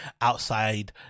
outside